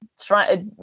try